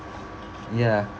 ya